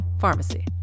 pharmacy